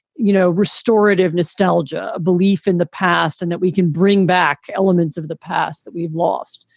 you know, restorative nostalgia, a belief in the past, and that we can bring back elements of the past that we've lost.